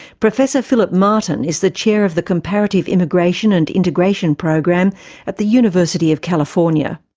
professor philip martin is the chair of the comparative immigration and integration program at the university of california.